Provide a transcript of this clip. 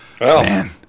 man